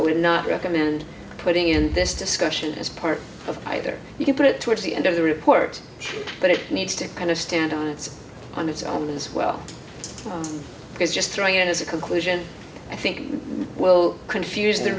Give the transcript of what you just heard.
i would not recommend putting in this discussion as part of their you can put it towards the end of the report but it needs to kind of stand on its on its own as well as just throwing it as a conclusion i think will confuse the